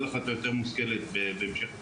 החלטה יותר מושכלת בהמשך הדיונים.